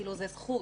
זו זכות,